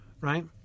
right